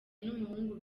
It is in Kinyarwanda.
n’umuhungu